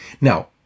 Now